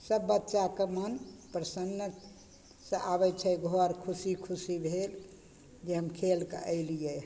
सब बच्चाके मन प्रसन्नसँ आबय छै घर खुशी खुशी भेल जे हम खेलके अयलियै